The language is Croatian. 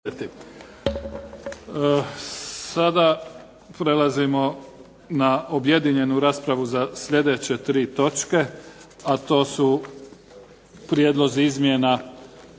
Sada prelazimo na objedinjenu raspravu za sljedeće tri točke, a to su - Prijedlog izmjena